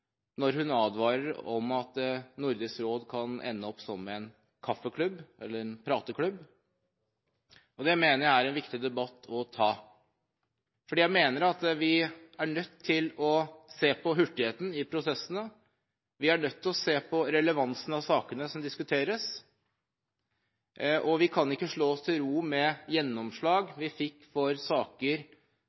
når hun advarer om at Nordisk råd kan ende opp som en kaffeklubb, eller en prateklubb. Det mener jeg er en viktig debatt å ta. Jeg mener at vi er nødt til å se på hurtigheten i prosessene, vi er nødt til å se på relevansen i sakene som diskuteres, og vi kan ikke slå oss til ro med gjennomslag vi fikk for saker